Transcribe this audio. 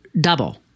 double